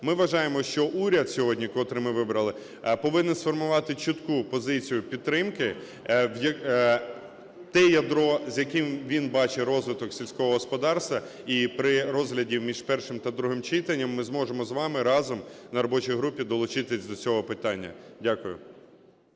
ми вважаємо, що уряд сьогодні, котрий ми вибрали, повинен сформувати чітку позицію підтримки, те ядро, з яким він бачить розвиток сільського господарства. І при розгляді між першим та другим читанням ми зможемо з вами разом на робочій групі долучитись до цього питання. Дякую.